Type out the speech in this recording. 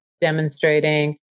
demonstrating